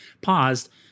paused